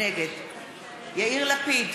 נגד יאיר לפיד,